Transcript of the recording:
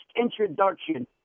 introduction